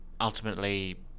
ultimately